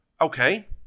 okay